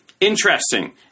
Interesting